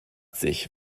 sich